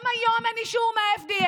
גם היום אין אישור מה-FDA,